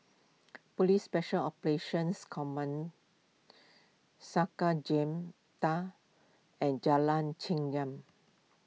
Police Special Operations Command Sakra Jemta and Jalan Chengam